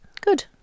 Good